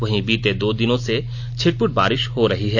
वहीं बीते दो दिनों से छिटप्र्ट बारिश हो रही है